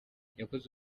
yakoze